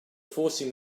forcing